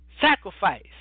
sacrifice